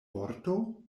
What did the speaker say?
vorto